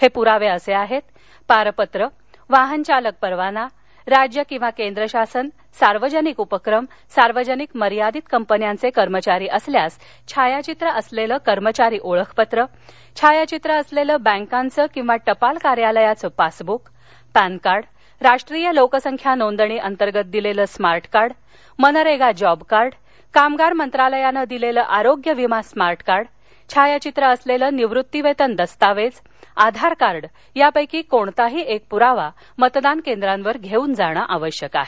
हे पूरावे याप्रमाणे आहेतः पारपत्र वाहन चालक परवाना राज्य किंवा केंद्र शासन सार्वजनिक उपक्रम सार्वजनिक मर्यादित कंपन्यांचे कर्मचारी असल्यास छायाचित्र असलेलं कर्मचारी ओळखपत्र छायाचित्र असलेले बँकांचं किंवा टपाल कार्यालयाचं पासब्रक पॅनकार्ड राष्ट्रीय लोकसंख्या नोंदणी अंतर्गत दिलेले स्मार्टकार्ड मनरेगा जॉबकार्ड कामगार मंत्रालयानं दिलेलं आरोग्य विमा स्मार्टकार्ड छायाचित्र असलेले निवृत्तीवेतन दस्तावेज आधारकार्ड यापक्री कोणताही एक प्रावा मतदान केंद्रावर घेऊन जाणं आवश्यक आहे